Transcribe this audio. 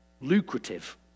lucrative